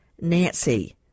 nancy